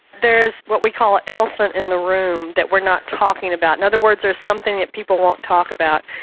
there is what we call an elephant in the room that we are not talking about, in other words there is something that people won't talk about,